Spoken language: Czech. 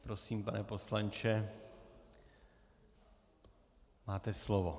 Prosím, pane poslanče, máte slovo.